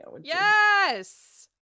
Yes